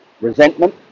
resentment